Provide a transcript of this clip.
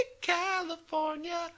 California